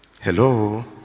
Hello